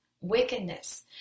wickedness